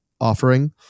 offering